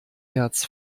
hertz